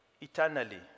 eternally